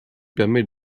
permet